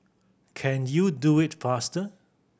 can you do it faster